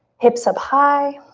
hips up high.